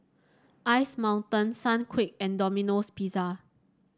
Ice Mountain Sunquick and Domino Pizza